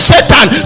Satan